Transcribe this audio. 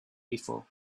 before